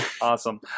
Awesome